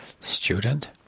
Student